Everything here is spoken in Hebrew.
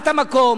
בת המקום,